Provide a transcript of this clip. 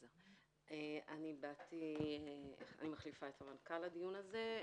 אני מחליפה את המנכ"ל בדיון הזה,